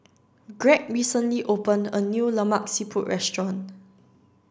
Gregg recently opened a new Lemak Siput restaurant